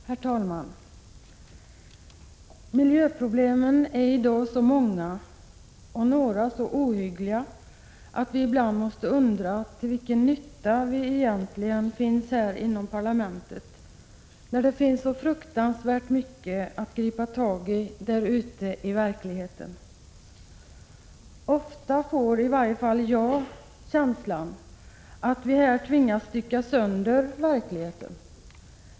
Herr talman! Miljöproblemen är i dag så många och några så ohyggliga att vi ibland måste undra till vilken nytta vi egentligen är här i parlamentet. Det finns ju så fruktansvärt mycket att gripa tag i ute i verkligheten. Ofta får i varje fall jag en känsla av att vi här tvingas stycka sönder verkligheten.